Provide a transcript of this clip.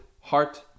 heart